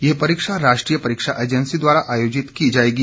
ये परीक्षा राष्ट्रीय परीक्षा एजैंसी द्वारा आयोजित की जाएगी